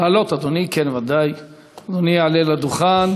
שעה 11:00 תוכן העניינים שאילתות